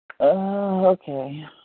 Okay